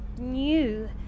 new